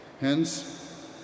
Hence